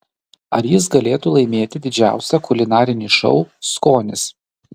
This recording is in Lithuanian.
ar jis galėtų laimėti didžiausią kulinarinį šou skonis